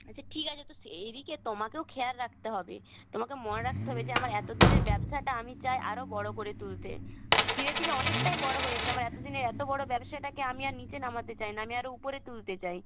আচ্ছা ঠিক আছে তো সেই দিকে তোমাকেও খেয়াল রাখতে হবে তোমাকে মনে রাখতে হবে যে আমার এত দিনের ব্যবসাটা আমি চাই আরও বড়ো করে তুলতে যে কি না অনেকটাই বড়ো হয়েছে আমার এত দিনের এত বড়ো ব্যবসাটাকে আমি আর নিচে নামাতে চাই না আমি আরও উপরে তুলতে চাই